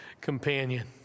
companion